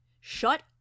Shut